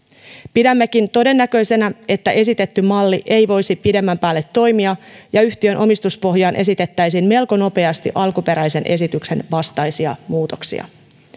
pidämmekin todennäköisenä että esitetty malli ei voisi pidemmän päälle toimia ja yhtiön omistuspohjaan esitettäisiin melko nopeasti alkuperäisen esityksen vastaisia muutoksia